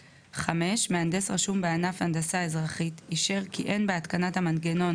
(5)מהנדס רשום בענף הנדסה אזרחית אישר כי אין בהתקנת המנגנון